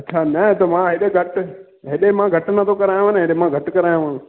अछा न त मां हेॾे घटि हेॾे मां घटि नथो करायांव न हेॾे मां घटि करायांव